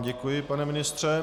Děkuji vám, pane ministře.